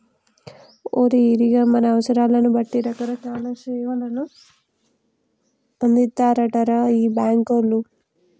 ఓరి ఈరిగా మన అవసరాలను బట్టి రకరకాల సేవలు అందిత్తారటరా ఈ బాంకోళ్లు